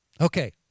Okay